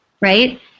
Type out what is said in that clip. Right